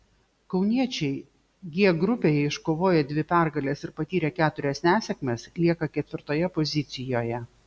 kauniečiai g grupėje iškovoję dvi pergales ir patyrę keturias nesėkmes lieka ketvirtoje pozicijoje